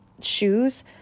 shoes